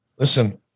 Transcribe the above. Listen